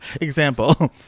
Example